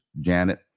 Janet